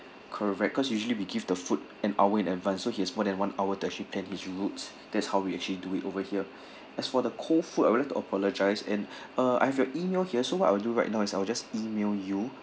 correct cause usually we give the food an hour in advance so he has more than one hour to actually plan his roads that's how we actually do it over here as for the cold food I'd like to apologise and uh I have your email here so what I will do right now is I will just email you